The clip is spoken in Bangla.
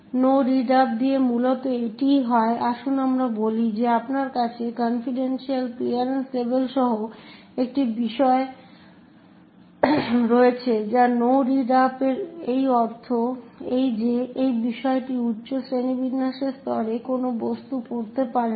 নো রিড আপ দিয়ে মূলত এটিই হয় আসুন আমরা বলি যে আপনার কাছে কনফিডেনশিয়াল ক্লিয়ারেন্স লেভেল সহ একটি বিষয় রয়েছে তাই নো রিড আপ এর অর্থ এই যে এই বিষয়টি উচ্চ শ্রেণিবিন্যাসের স্তরের কোনো বস্তু পড়তে পারে না